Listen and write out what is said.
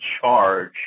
charge